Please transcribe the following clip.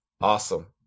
Awesome